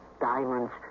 Diamonds